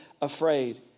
afraid